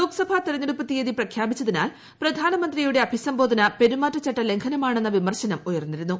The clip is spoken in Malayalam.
ലോക്സഭാ തെരഞ്ഞെടുപ്പ് തീയതി പ്രഖ്യാപിച്ചതിനാൽ പ്രധാനമന്ത്രിയുടെ അഭിസംബോധന പെരുമാറ്റചട്ട ലംഘനമാണെന്ന് വിമർശനം ഉയർന്നിരുന്നു